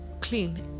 clean